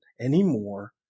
anymore